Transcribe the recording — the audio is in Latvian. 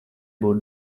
būt